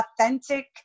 authentic